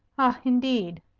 ah, indeed!